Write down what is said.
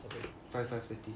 okay